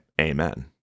amen